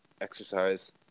exercise